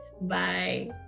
Bye